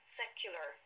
secular